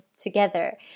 together